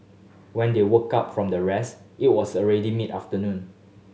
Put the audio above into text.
when they woke up from their rest it was already mid afternoon